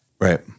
Right